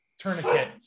tourniquet